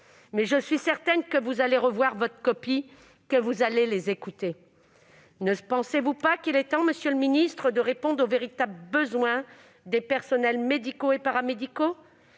! Je suis certaine que vous allez revoir votre copie et que vous allez les écouter ... Ne pensez-vous pas qu'il est temps, monsieur le ministre, de satisfaire les véritables besoins des personnels médicaux et paramédicaux ?